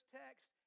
text